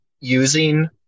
using